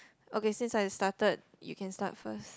okay since I started you can start first